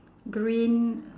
green